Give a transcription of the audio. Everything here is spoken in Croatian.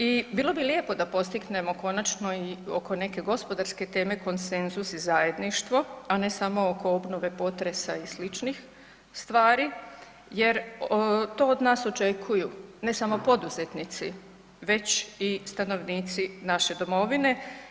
I bilo bi lijepo da postignemo konačno i oko neke gospodarske teme konsenzus i zajedništvo, a ne samo oko obnove potresa i sličnih stvari jer to od nas očekuju ne samo poduzetnici već i stanovnici naše domovine.